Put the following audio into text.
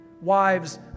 wives